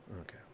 Okay